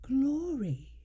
glory